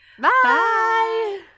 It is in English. bye